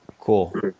Cool